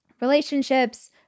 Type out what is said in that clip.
relationships